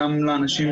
להתייחס?